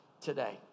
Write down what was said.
today